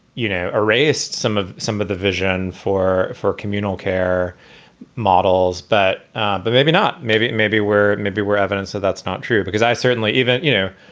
you know, erased some of some of the vision for for communal care models. but but maybe not. maybe. maybe where maybe we're evidence that that's not true. because i certainly even you know,